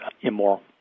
immoral